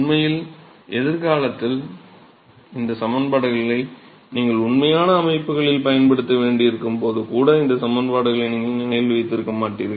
உண்மையில் எதிர்காலத்தில் இந்த சமன்பாடுகளை நீங்கள் உண்மையான அமைப்புகளில் பயன்படுத்த வேண்டியிருக்கும் போது கூட இந்த சமன்பாடுகளை நீங்கள் நினைவில் வைத்திருக்க மாட்டீர்கள்